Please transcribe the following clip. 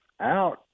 out